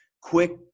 Quick